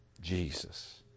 Jesus